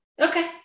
Okay